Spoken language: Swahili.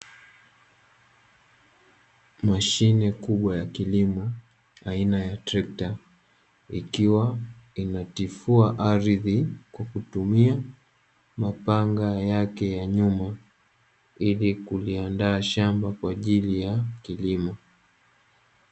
Mashine kubwa ya kilimo aina ya trekta, ikiwa inatifua ardhi kwa kutumia mapanga yake ya nyuma, ili kuliandaa shambani kwa ajili ya kilimo.